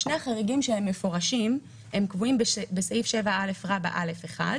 שני החריגים שהם מפורשים קבועים בסעיף 7א(א)(1),